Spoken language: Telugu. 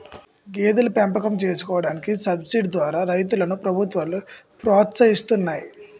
గేదెల పెంపకం చేసుకోడానికి సబసిడీ ద్వారా రైతులను ప్రభుత్వాలు ప్రోత్సహిస్తున్నాయి